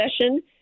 session